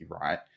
right